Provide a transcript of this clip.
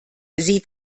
sie